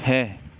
ਹੈ